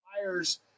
buyers